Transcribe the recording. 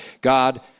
God